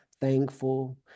thankful